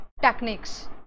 techniques